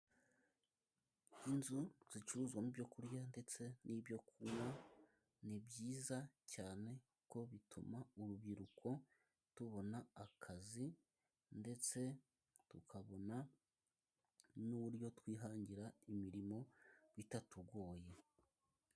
Inzu zicuruzwamo ibyo kurya ndetse n'ibyo kunywa, ni byiza cyane, kuko bituma urubyiruko tubona akazi, ndetse tukabona n'uburyo twihangira imirimo bitatugoye.